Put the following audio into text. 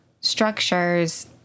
structures